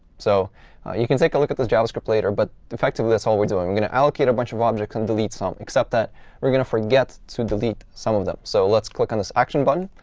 so you can take a look at this javascript later, but effectively, that's all we're doing. we're going to allocate a bunch of objects and delete some, except that we're going to forget to delete some of them. so let's click on this action button.